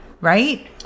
Right